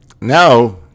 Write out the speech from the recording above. now